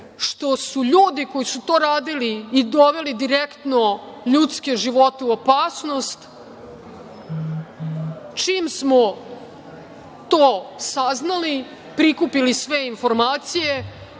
što su ljudi koji su to radili i doveli direktno ljudske živote u opasnost, čim smo to saznali prikupili sve informacije,